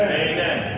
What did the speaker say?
amen